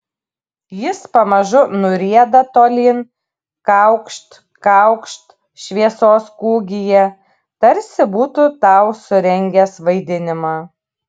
jis pamažu nurieda tolyn kaukšt kaukšt šviesos kūgyje tarsi būtų tau surengęs vaidinimą